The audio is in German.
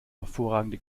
hervorragende